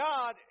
God